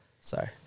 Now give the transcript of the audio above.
Sorry